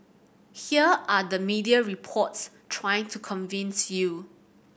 here are the media reports trying to convince you